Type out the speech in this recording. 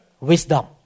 wisdom